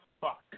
fuck